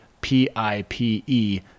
p-i-p-e